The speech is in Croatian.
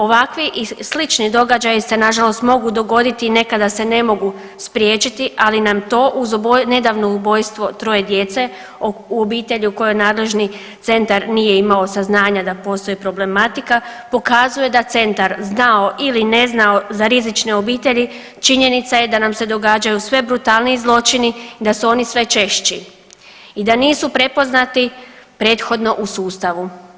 Ovakvi i slični događaji se nažalost mogu dogoditi i nekada se ne mogu spriječiti, ali nam to uz nedavno ubojstvo troje djece u obitelji u kojoj nadležni Centar nije imao saznanja da postoji problematika, pokazuje da Centar znao ili ne znao za rizične obitelji, činjenica je da nam se događaju sve brutalniji zločini i da su oni sve češći i da nisu prepoznati prethodno u sustavu.